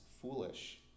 foolish